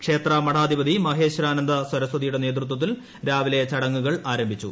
ക്ഷേത്ര മഠാധിപതി മഹേശ്വരാനന്ദ സരസ്വതിയുടെ നേതൃത്വത്തിൽ രാവിലെ ചടങ്ങുകൾ ആരംഭിച്ചു